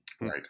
right